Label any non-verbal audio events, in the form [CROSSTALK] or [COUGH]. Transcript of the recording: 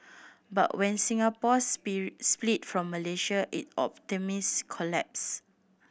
but when Singapore [UNINTELLIGIBLE] split from Malaysia is optimism collapsed